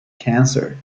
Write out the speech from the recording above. cancer